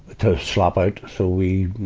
to slap out. so we,